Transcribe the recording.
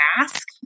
ask